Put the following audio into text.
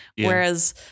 Whereas